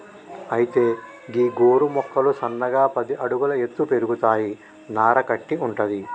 అయితే గీ గోగు మొక్కలు సన్నగా పది అడుగుల ఎత్తు పెరుగుతాయి నార కట్టి వుంటది